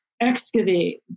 excavate